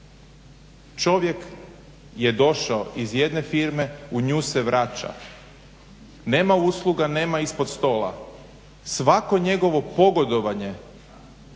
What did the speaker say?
Čovjek je došao iz jedne firme, u nju se vraća, nema usluga, nema ispod stola. Svako njegovo pogodovanje